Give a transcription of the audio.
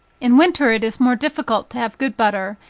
in winter it is more difficult to have good butter,